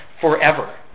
forever